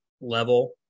level